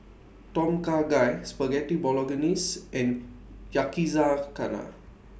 Tom Kha Gai Spaghetti Bolognese and Yakizakana